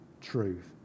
truth